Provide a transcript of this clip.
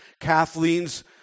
Kathleen's